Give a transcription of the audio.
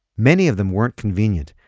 many of them weren't convenient,